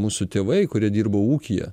mūsų tėvai kurie dirbo ūkyje